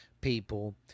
people